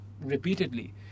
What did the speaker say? repeatedly